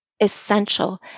essential